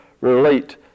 relate